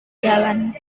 jalan